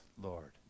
Lord